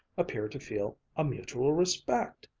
appear to feel a mutual respect!